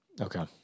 Okay